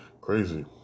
crazy